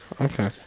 Okay